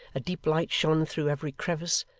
a deep light shone through every crevice,